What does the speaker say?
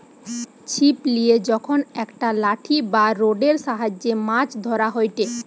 ছিপ লিয়ে যখন একটা লাঠি বা রোডের সাহায্যে মাছ ধরা হয়টে